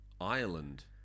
Ireland